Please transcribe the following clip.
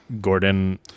Gordon